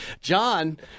John